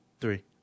Three